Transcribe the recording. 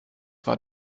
war